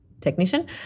technician